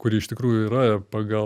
kuri iš tikrųjų yra ir pagal